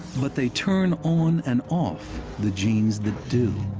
but they turn on and off the genes that do.